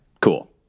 Cool